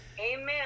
Amen